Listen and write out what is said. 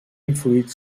influït